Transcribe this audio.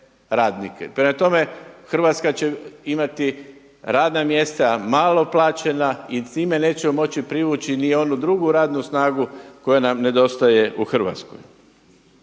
Prema tome, Hrvatska će imati radna mjesta malo plaćena i time nećemo moći privući ni onu drugu radnu snagu koja nam ne dostaje u Hrvatskoj.